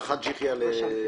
מילים.